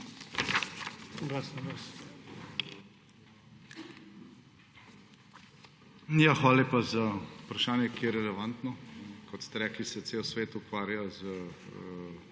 Hvala lepa za vprašanje, ki je relevantno. Kot ste rekli, se cel svet ukvarja z